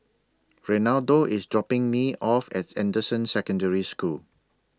Reinaldo IS dropping Me off At Anderson Secondary School